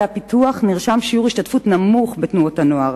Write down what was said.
הפיתוח נרשם שיעור השתתפות נמוך בתנועות הנוער,